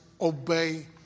obey